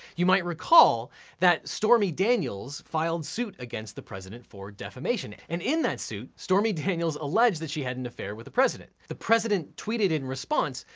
you might recall that stormy daniels filed suit against the president for defamation. and in that suit, stormy daniels alleged that she had an affair with the president. the president tweeted in response,